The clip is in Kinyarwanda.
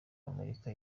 amerika